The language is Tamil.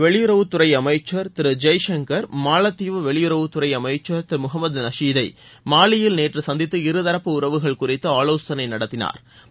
வெளியுறவுத்துறை அமைச்சர் திரு ஜெய்சங்கள் மாலத்தீவு வெளியுறவுத்துறை அமைச்சர் திரு முகமது நஷீதை மாலியில் நேற்று சந்தித்து இருதரப்பு உறவுகள் குறிதது ஆலோசனை நடத்தினாா்